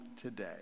today